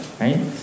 right